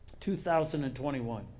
2021